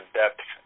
depth